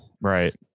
right